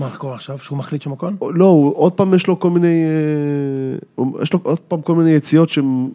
מה את קורא עכשיו? שהוא מחליט שם הכל? לא, עוד פעם יש לו כל מיני... יש לו עוד פעם כל מיני יציאות שהם...